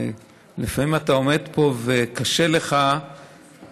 לפעמים אתה עומד פה וקשה לך לכמת